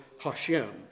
Hashem